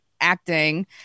acting